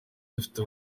dufite